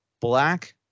black